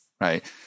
right